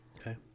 Okay